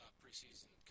preseason